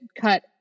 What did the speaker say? cut